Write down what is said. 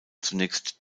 zunächst